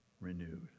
renewed